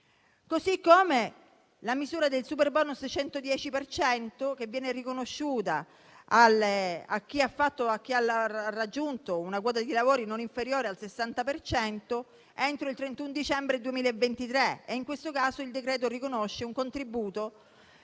modo, la misura del superbonus 110 per cento viene riconosciuta a chi ha raggiunto una quota di lavori non inferiore al 60 per cento entro il 31 dicembre 2023. In questo caso il decreto riconosce un contributo